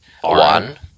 One